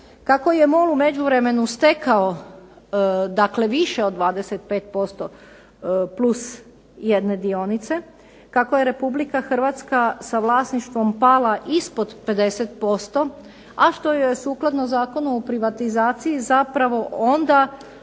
Kako je MOL u međuvremenu stekao, dakle više od 25% plus 1 dionice, kako je RH sa vlasništvom pala ispod 50%, a što joj je sukladno Zakonu o privatizaciji zapravo onda